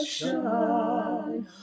shine